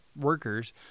workers